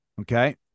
Okay